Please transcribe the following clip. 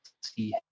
see